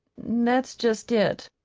that's just it.